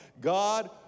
God